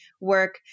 work